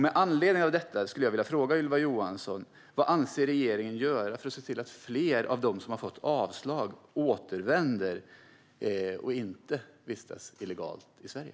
Med anledning av detta skulle jag vilja fråga Ylva Johansson: Vad avser regeringen att göra för att se till att fler av dem som har fått avslag återvänder i stället för att vistas illegalt i Sverige?